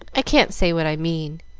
i can't say what i mean,